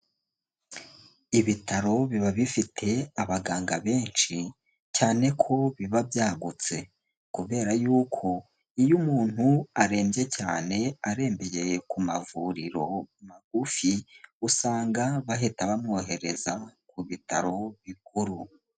Ibitaro biba bifite abaganga benshi cyane ko biba byagutse, kubera yuko iyo umuntu arembye cyane arembeye ku mavuriro magufi, usanga bahita bamwohereza ku bitaro bikuru.